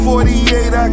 48